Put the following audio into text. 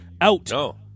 out